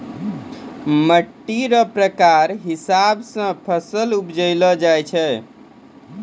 मिट्टी रो प्रकार हिसाब से फसल उपजैलो जाय छै